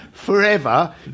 forever